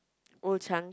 Old-Chang~